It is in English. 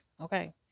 Okay